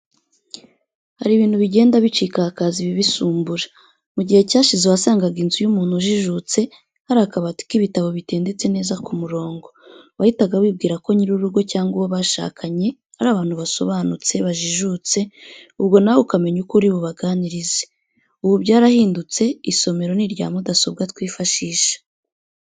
Hari ibintu bigenda bicika hakaza ibibisimbura, mu gihe cyashize wasangaga mu nzu y'umuntu ujijutse hari akabati k'ibitabo bitendetse neza ku murongo, wahitaga wibwira ko nyir'urugo cyangwa uwo bashakanye ari abantu basobanutse, bajijutse, ubwo nawe ukamenya uko uri bubaganirize. Ubu byarahindutse, isomero ni irya mudasobwa twifashisha.